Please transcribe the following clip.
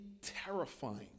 terrifying